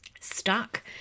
stuck